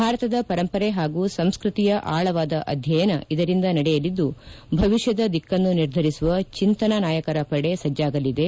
ಭಾರತದ ಪರಂಪರೆ ಹಾಗೂ ಸಂಸ್ಕೃತಿಯ ಆಳವಾದ ಅಧ್ಯಯನ ಇದರಿಂದ ನಡೆಯಲಿದ್ದು ಭವಿಷ್ಯದ ದಿಕ್ಕನ್ನು ನಿರ್ಧರಿಸುವ ಚಿಂತನ ನಾಯಕರ ಪಡೆ ಸಜ್ಙಾಗಲಿದೆ